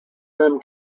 them